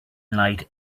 light